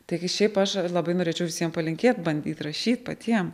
taigi šiaip aš labai norėčiau visiem palinkėt bandyt rašyt patiem